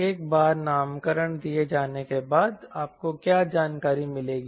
एक बार नामकरण दिए जाने के बाद आपको क्या जानकारी मिलेगी